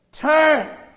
turn